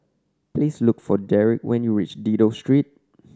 please look for Derick when you reach Dido Street